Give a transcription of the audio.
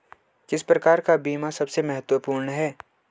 किस प्रकार का बीमा सबसे महत्वपूर्ण है?